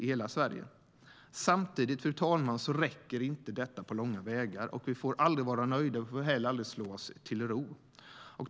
Samtidigt räcker inte detta på långa vägar, och vi får aldrig vara nöjda och aldrig slå oss till ro.